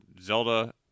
Zelda